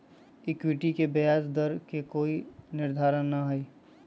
equity के ब्याज दर के कोई निर्धारण ना हई